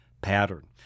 pattern